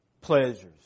pleasures